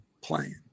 playing